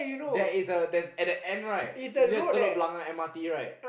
there is a there's at the end right near the Telok-Blangah M_R_T right